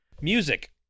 Music